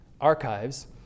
archives